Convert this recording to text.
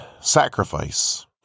sacrifice